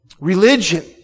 Religion